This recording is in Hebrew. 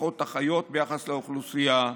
פחות אחיות ביחס לאוכלוסייה,